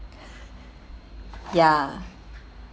ya